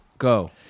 go